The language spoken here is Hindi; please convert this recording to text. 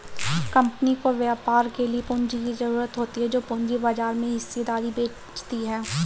कम्पनी को व्यापार के लिए पूंजी की ज़रूरत होती है जो पूंजी बाजार में हिस्सेदारी बेचती है